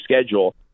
schedule